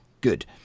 Good